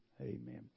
Amen